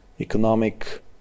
economic